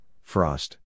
frost